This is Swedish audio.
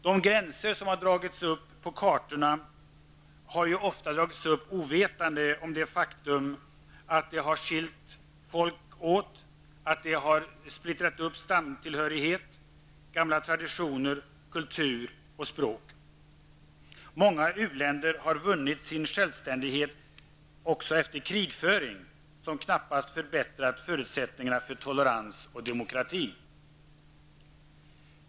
De gränser som har dragits upp på kartorna har ofta dragits upp ovetande om det faktum att de har skilt folk åt, att de har splittrat upp stamtillhörigheter, gamla traditioner, kultur och språk. Många u-länder har också vunnit sin självständighet efter krigföring som knappast förbättrat förutsättningarna för tolerans och demokrati.